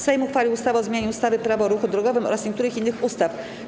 Sejm uchwalił ustawę o zmianie ustawy - Prawo o ruchu drogowym oraz niektórych innych ustaw.